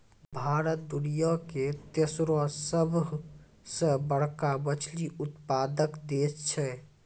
भारत दुनिया के तेसरो सभ से बड़का मछली उत्पादक देश छै